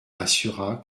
assura